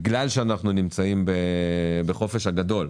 בגלל שאנחנו נמצאים בחופש הגדול,